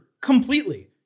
completely